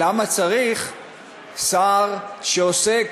למה צריך שר שעוסק